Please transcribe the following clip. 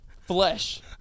flesh